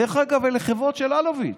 דרך אגב, אלה חברות של אלוביץ',